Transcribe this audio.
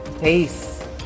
Peace